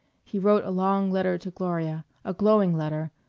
he wrote a long letter to gloria, a glowing letter,